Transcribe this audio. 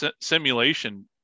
simulation